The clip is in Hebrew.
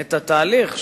את התהליך,